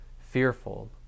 fearful